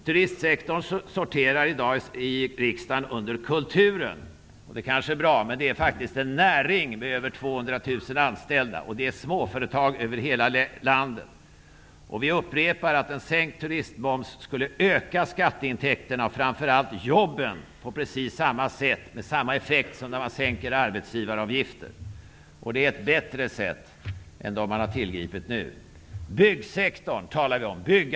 Turistsektorn sorterar i riksdagen i dag under kulturen, och det är kanske bra, men det är faktiskt en näring med över 200 000 anställda, mest i småföretag över hela landet. Vi upprepar att en sänkt turistmoms skulle öka skatteintäkterna och framför allt jobben och få precis samma effekt som det får när man sänker arbetsgivaravgifterna. Det är en bättre metod än de man nu har tillgripit. Byggsektorn har vi talat om.